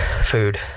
Food